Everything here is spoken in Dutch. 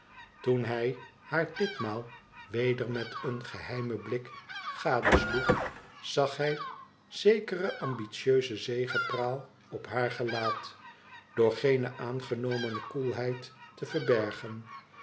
toen hij haar ditmaal weder met een geheimen blik gadesloeg zag hij zekere ambitieuse zegepraal op haar gelaat door geene aangenomene koelheid te verbergen